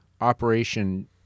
Operation